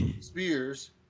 Spears